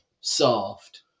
soft